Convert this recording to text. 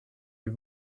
you